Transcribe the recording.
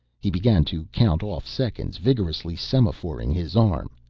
he began to count off seconds, vigorously semaphoring his arm.